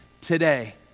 today